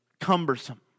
cumbersome